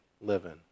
living